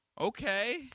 Okay